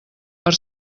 per